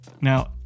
Now